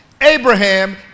Abraham